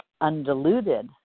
undiluted